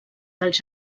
dels